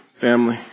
family